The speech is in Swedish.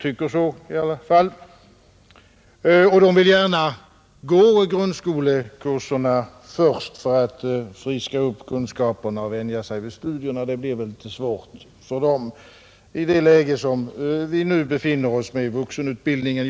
Och de vill därför gärna gå i grundskolekurserna först för att friska upp kunskaperna och vänja sig vid studierna, och det blir svårt för dem i det läge vari vi nu befinner oss i fråga om vuxenutbildningen.